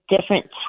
different